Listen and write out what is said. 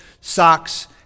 socks